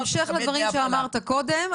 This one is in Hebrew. ובהמשך לדברים שאמרת קודם,